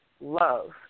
love